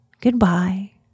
Goodbye